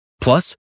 Plus